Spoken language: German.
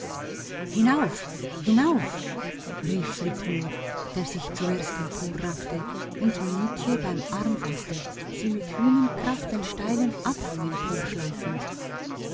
hinauf hinauf rief flitmore der sich zuerst emporraffte und mietje beim arm faßte sie mit hünenkraft den steilen abhang emporschleifend